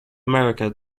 america